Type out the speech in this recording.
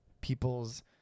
people's